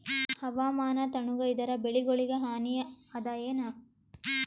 ಹವಾಮಾನ ತಣುಗ ಇದರ ಬೆಳೆಗೊಳಿಗ ಹಾನಿ ಅದಾಯೇನ?